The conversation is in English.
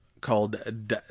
called